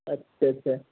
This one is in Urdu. اچھا اچھا